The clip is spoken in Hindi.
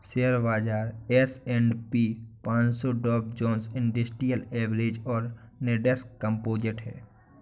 शेयर बाजार एस.एंड.पी पनसो डॉव जोन्स इंडस्ट्रियल एवरेज और नैस्डैक कंपोजिट है